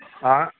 ആ